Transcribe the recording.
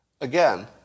Again